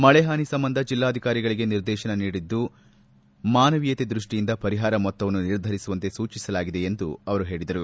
ಮಳೆ ಹಾನಿ ಸಂಬಂಧ ಜಿಲ್ಲಾಧಿಕಾರಿಗಳಿಗೆ ನಿರ್ದೇತನ ನೀಡದ್ದು ಮಾನವೀಯತೆ ದೃಷ್ಷಿಯಿಂದ ಪರಿಹಾರ ಮೊತ್ತವನ್ನು ನಿರ್ಧರಿಸುವಂತೆ ಸೂಚಿಸಲಾಗಿದೆ ಎಂದು ಅವರು ಹೇಳಿದರು